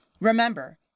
Remember